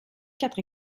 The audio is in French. quatre